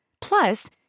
Plus